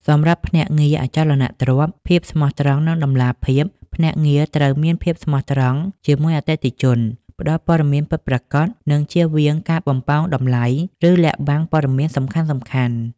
សម្រាប់ភ្នាក់ងារអចលនទ្រព្យភាពស្មោះត្រង់ និងតម្លាភាព ភ្នាក់ងារត្រូវមានភាពស្មោះត្រង់ជាមួយអតិថិជន ផ្តល់ព័ត៌មានពិតប្រាកដ និងជៀសវាងការបំប៉ោងតម្លៃ ឬលាក់បាំងព័ត៌មានសំខាន់ៗ។